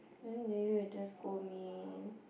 then didn't you just scold me